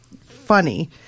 funny